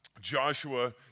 Joshua